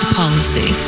policy